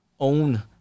own